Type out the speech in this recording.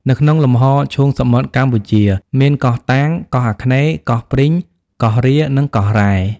នៅក្នុងលំហឈូងសមុទ្រកម្ពុជា មានកោះ តាង កោះអាគ្នេយ៍ កោះព្រីង កោះរៀ និង កោះរ៉ែ ។